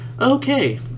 Okay